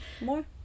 more